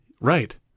Right